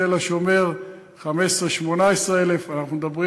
תל-השומר,15,000 18,000. אנחנו מדברים